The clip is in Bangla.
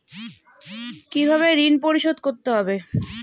কিভাবে ঋণ পরিশোধ করতে হবে?